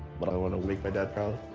but i wanna make my dad proud,